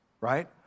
right